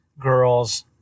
girls